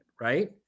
right